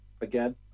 again